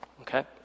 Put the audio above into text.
okay